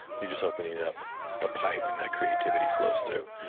you're just opening up the pipe and the creativity flows through.